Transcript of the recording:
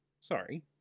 Sorry